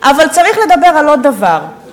אבל צריך לדבר על עוד דבר: